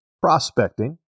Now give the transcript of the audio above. prospecting